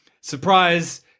surprise